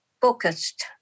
Focused